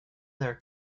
their